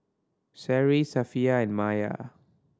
Seri Safiya and Maya